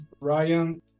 Ryan